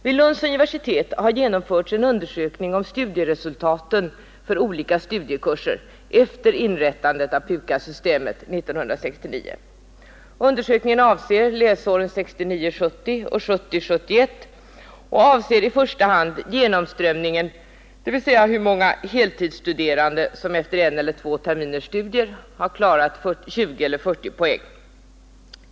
Vid Lunds universitet har genomförts en undersökning om studieresultaten för olika studiekurser efter inrättandet av PUKAS-systemet 1969. Undersökningen omfattar läsåren 1969 71 och avser i första hand genomströmningen, dvs. hur många heltidsstuderande som efter en eller två terminers studier har klarat 20 eller 40 poäng.